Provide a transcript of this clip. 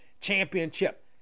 championship